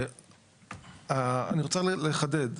אני רוצה לחדד.